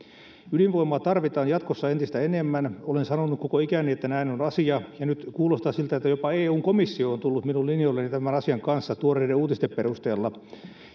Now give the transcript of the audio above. ydinvoimaa tarvitaan jatkossa entistä enemmän olen sanonut koko ikäni että näin on asia ja nyt kuulostaa siltä että jopa eun komissio on tullut minun linjoilleni tämän asian kanssa tuoreiden uutisten perusteella